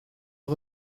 est